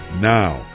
now